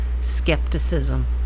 skepticism